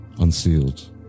unsealed